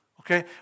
Okay